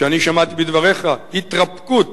שאני שמעתי בדבריך התרפקות